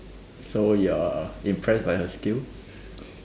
so you're impressed by her skill